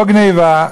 לא גנבה,